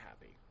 happy